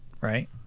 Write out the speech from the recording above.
right